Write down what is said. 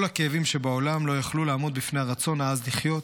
כל הכאבים שבעולם לא יוכלו לעמוד בפני הרצון העז לחיות,